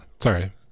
Sorry